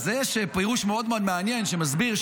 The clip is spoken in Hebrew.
אז יש פירוש מאוד מאוד מעניין שמסביר,